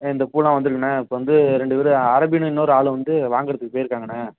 இந்த பூலாம் வந்துருக்குண்ணா இப்போ வந்து ரெண்டு பேர் அரேபியனும் இன்னொரு ஆளும் வந்து வாங்கறத்துக்கு பேயிருக்காங்கண்ணா